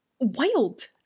wild